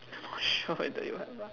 not sure that you have a